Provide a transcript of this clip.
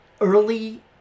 early